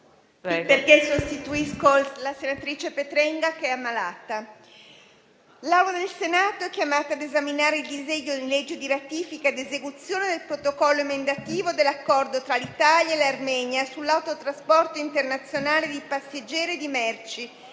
*f. f.* *relatrice*. Signor Presidente, l'Aula del Senato è chiamata a esaminare il disegno di legge di ratifica ed esecuzione del Protocollo emendativo dell'Accordo tra l'Italia e l'Armenia sull'autotrasporto internazionale di passeggeri e di merci,